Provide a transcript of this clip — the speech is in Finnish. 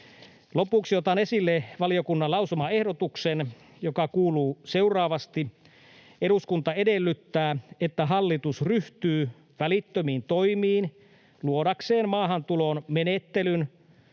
Lopuksi otan esille valiokunnan lausumaehdotuksen, joka kuuluu seuraavasti: ”Eduskunta edellyttää, että hallitus ryhtyy välittömiin toimiin luodakseen maahantuloon menettelyn,